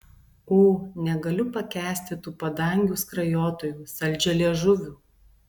ū negaliu pakęsti tų padangių skrajotojų saldžialiežuvių